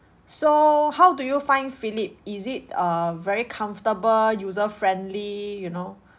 so how do you find phillip is it err very comfortable user friendly you know